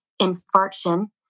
infarction